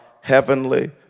heavenly